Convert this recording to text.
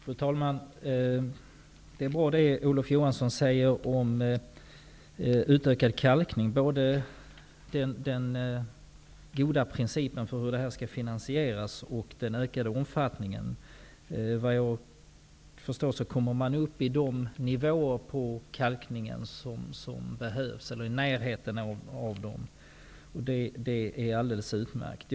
Fru talman! Det är bra det Olof Johansson säger om utökad kalkning, både den goda principen för hur den skall finansieras och den ökade omfattningen. Vad jag förstår, kommer man upp i de nivåer på kalkningen som behövs eller i närheten av dem. Det är alldeles utmärkt.